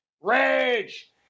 Rage